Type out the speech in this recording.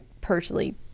personally